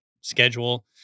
schedule